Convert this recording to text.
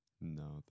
No